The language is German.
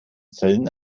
zellen